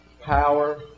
power